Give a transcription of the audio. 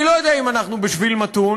אני לא יודע אם אנחנו בשביל מתון,